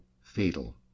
fatal